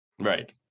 Right